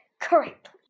correctly